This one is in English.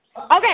Okay